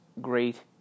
great